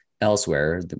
elsewhere